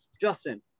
Justin